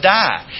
die